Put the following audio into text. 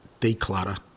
declutter